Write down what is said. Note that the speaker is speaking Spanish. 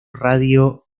radio